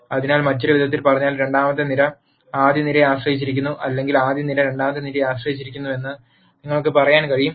അതിനാൽ മറ്റൊരു വിധത്തിൽ പറഞ്ഞാൽ രണ്ടാമത്തെ നിര ആദ്യ നിരയെ ആശ്രയിച്ചിരിക്കുന്നു അല്ലെങ്കിൽ ആദ്യ നിര രണ്ടാമത്തെ നിരയെ ആശ്രയിച്ചിരിക്കുന്നുവെന്ന് നിങ്ങൾക്ക് പറയാൻ കഴിയും